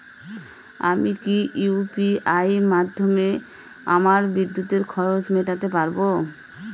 আমি কি ইউ.পি.আই মাধ্যমে আমার বিদ্যুতের খরচা মেটাতে পারব?